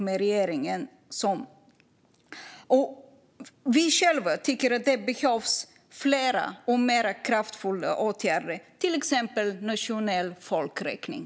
Moderaterna tycker att fler och mer kraftfulla åtgärder behövs, till exempel en nationell folkräkning.